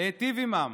להיטיב עימם: